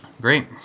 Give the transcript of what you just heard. Great